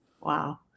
Wow